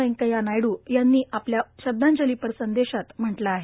वेंकय्या नाडू यांनी आपल्या श्रद्धांजलीपर संपेशात म्हंटलं आहे